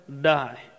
die